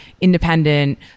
independent